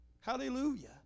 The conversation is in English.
Hallelujah